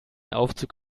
aufzug